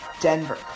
Denver